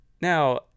Now